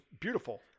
beautiful